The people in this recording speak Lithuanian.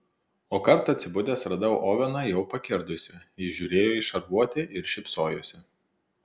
o kartą atsibudęs radau oveną jau pakirdusį jis žiūrėjo į šarvuotį ir šypsojosi